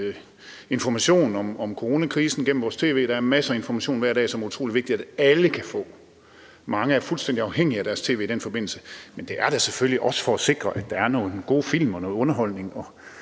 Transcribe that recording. information om coronakrisen gennem vores tv. Der er masser af information hver dag, som det er utrolig vigtigt at alle kan få. Mange er fuldstændig afhængige af deres tv i den forbindelse, Men det er da selvfølgelig også for at sikre, at der er nogle gode film og noget underholdning